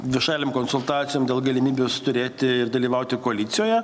dvišaliam konsultacijom dėl galimybės turėti ir dalyvauti koalicijoje